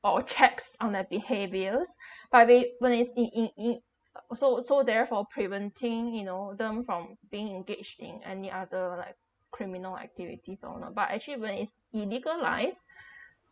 or or checks on their behaviors but when when is in in in ugh so so therefore preventing you know them from being engaged in any other like criminal activities or not but actually when is illegalised